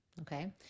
okay